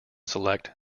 select